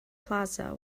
plaza